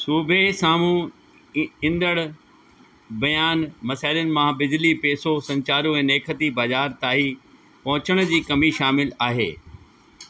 सूबे साम्हूं ईंदड़ ॿियनि मसइलनि मां बिजली पैसो संचार ऐं नेखति बाज़ारि ताईं पहुचण जी कमी शामिलु आहे